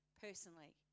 personally